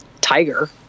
tiger